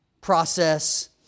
process